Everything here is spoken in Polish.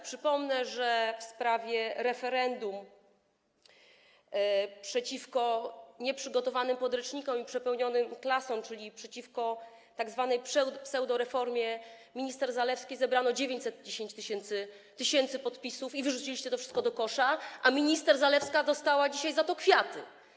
Przypomnę, że w sprawie referendum przeciwko nieprzygotowanym podręcznikom i przepełnionym klasom, czyli przeciwko tzw. pseudoreformie minister Zalewskiej, zebrano 910 tys. podpisów i wyrzuciliście to wszystko do kosza, a minister Zalewska dostała dzisiaj za to kwiaty.